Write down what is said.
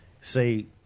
say